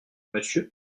monsieur